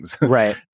Right